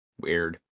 weird